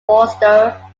forster